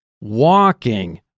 walking